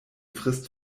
frist